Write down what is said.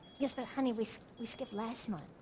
yes, but honey we so we skipped last month.